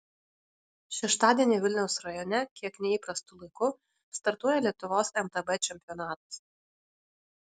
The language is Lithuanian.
šeštadienį vilniaus rajone kiek neįprastu laiku startuoja lietuvos mtb čempionatas